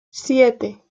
siete